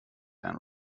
and